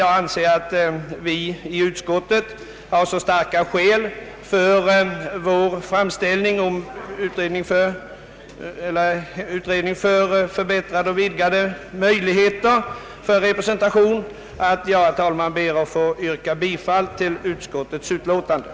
Jag anser att vi inom utskottet tillräckligt har motiverat vår framställning om en utredning angående förbättrad och vidgad representation, och jag ber därför att få yrka bifall till utskottets hemställan.